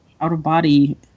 out-of-body